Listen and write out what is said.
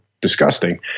disgusting